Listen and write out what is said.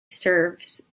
serves